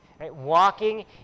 Walking